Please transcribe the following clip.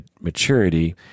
maturity